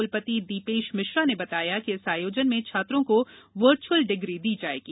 कुलपति दीपेश मिश्रा ने बताया कि इस आयोजन में छात्रों को वर्चुअल डिग्री दी जायेगी